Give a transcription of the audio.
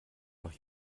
noch